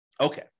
Okay